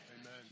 Amen